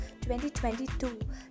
2022